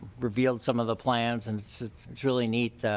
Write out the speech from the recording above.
revealed some of the plans and really neat.